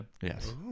Yes